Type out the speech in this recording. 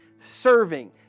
serving